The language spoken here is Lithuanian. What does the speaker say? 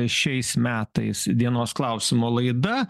šiais metais dienos klausimo laida